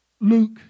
Luke